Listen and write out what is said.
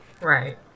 Right